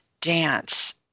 dance